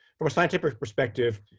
from a scientific perspective,